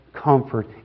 Comfort